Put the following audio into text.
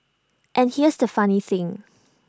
and here's the funny thing